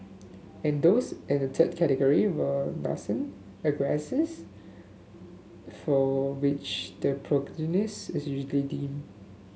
and those in the third category were nascent aggressors for which the prognosis is usually dim